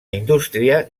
indústria